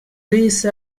these